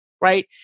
Right